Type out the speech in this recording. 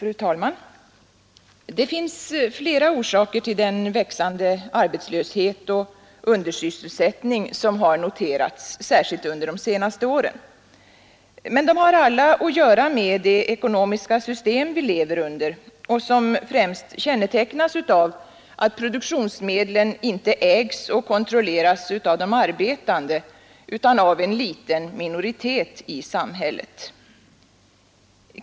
Fru talman! Det finns flera orsaker till den växande arbetslöshet och undersysselsättning som noterats särskilt under de senaste åren. Men de har alla att göra med det ekonomiska system vi lever under och som främst kännetecknas av att produktionsmedlen inte ägs och kontrolleras av de arbetande utan av en liten minoritet i samhället.